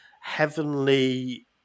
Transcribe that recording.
heavenly